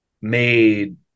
made